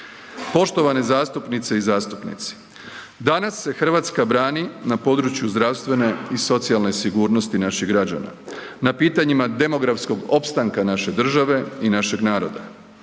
Poštovane zastupnice i zastupnici, danas se Hrvatska brani na području zdravstvene i socijalne sigurnosti naših građana, na pitanjima demografskog opstanka naše države i našeg naroda,